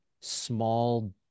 small